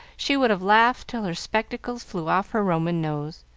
she would have laughed till her spectacles flew off her roman nose.